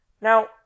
Now